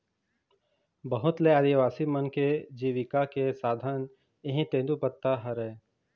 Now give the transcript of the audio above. बहुत ले आदिवासी मन के जिविका के साधन इहीं तेंदूपत्ता हरय